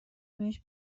بهش